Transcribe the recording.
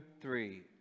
three